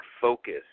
focus